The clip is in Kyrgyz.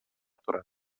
турат